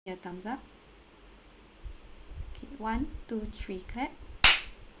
ya thumbs up okay one two three clap